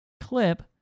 clip